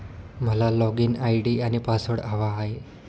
मला login ID आणि password हवा आहे